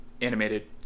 animated